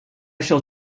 shall